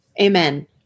Amen